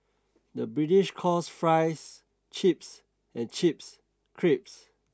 the British calls fries chips and chips